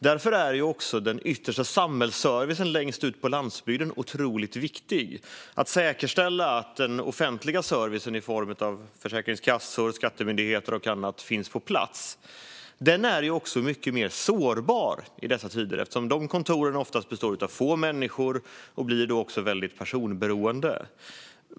Därför är den yttersta samhällsservicen längst ut på landsbygden otroligt viktig för att säkerställa att den offentliga servicen i form av Försäkringskassan, Skattemyndigheten och andra kontor finns på plats. Men den är också mycket mer sårbar i dessa tider eftersom de kontoren ofta bemannas av få människor och därför är väldigt personberoende.